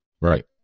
right